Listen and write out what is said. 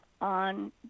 on